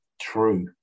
true